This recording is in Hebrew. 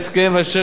הצעת החוק הזאת,